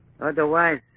Otherwise